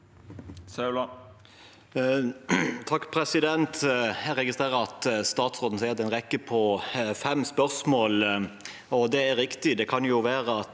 (FrP) Jeg re- gistrerer at statsråden sier at det er en rekke på fem spørsmål. Det er riktig.